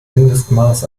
mindestmaß